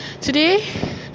Today